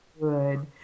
good